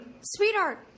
Sweetheart